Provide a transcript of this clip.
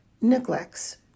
neglects